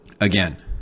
Again